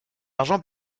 argent